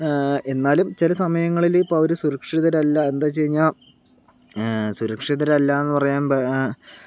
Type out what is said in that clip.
എന്നാലും ചില സമയങ്ങളില് ഇപ്പൊൾ അവരെ സുരക്ഷിതരല്ല എന്താ എന്നുവച്ച് കഴിഞ്ഞാൽ സുരക്ഷിതരല്ല എന്ന് പറയാൻ